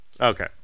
Okay